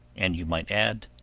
and you might add,